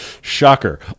Shocker